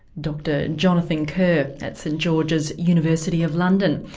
dr jonathan kerr at st george's university of london.